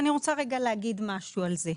אני רוצה להגיד משהו על זה.